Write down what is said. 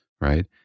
right